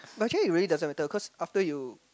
but actually it really doesn't matter cause after you